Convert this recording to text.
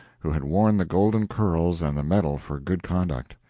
who had worn the golden curls and the medal for good conduct.